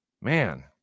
man